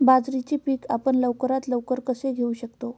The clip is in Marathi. बाजरीचे पीक आपण लवकरात लवकर कसे घेऊ शकतो?